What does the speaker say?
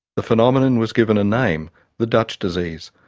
the phenomenon was given a name the dutch disease.